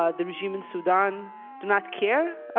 ah the regime in sudan do not care